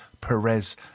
Perez